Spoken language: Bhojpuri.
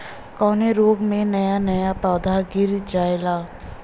कवने रोग में नया नया पौधा गिर जयेला?